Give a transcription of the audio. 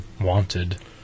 wanted